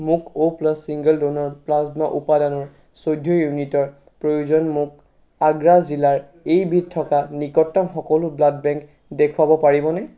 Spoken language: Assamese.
মোক অ' প্লাছ ছিংগল প্লাজমা উপাদানৰ চৈধ্য ইউনিটৰ প্ৰয়োজন মোক আগ্ৰা জিলাৰ এইবিধ থকা নিকটতম সকলো ব্লাড বেংক দেখুৱাব পাৰিবনে